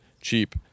cheap